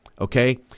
okay